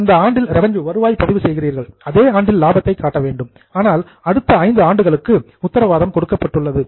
இப்போது இந்த ஆண்டில் ரெவின்யூ வருவாயை பதிவு செய்கிறீர்கள் அதே ஆண்டில் லாபத்தை காட்ட வேண்டும் ஆனால் அடுத்த ஐந்து ஆண்டுகளுக்கு உத்தரவாதம் கொடுக்கப்பட்டுள்ளது